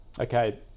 Okay